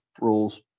rules